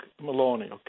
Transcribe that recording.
Maloney